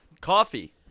coffee